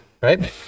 right